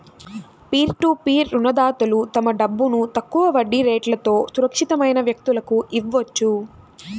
peer to peer రుణదాతలు తమ డబ్బును తక్కువ వడ్డీ రేట్లతో సురక్షితమైన వ్యక్తులకు ఇవ్వొచ్చు